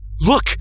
Look